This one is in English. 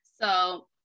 So-